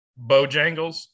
Bojangles